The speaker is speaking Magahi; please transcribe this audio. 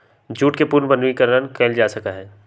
जूट के पुनर्नवीनीकरण कइल जा सका हई